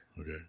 Okay